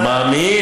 מאמין.